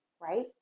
right